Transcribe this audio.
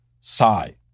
Sigh